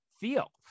feel